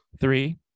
Three